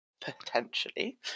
Potentially